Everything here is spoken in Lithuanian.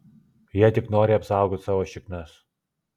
jie tik nori apsaugot savo šiknas